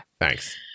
Thanks